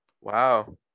wow